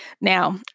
Now